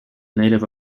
native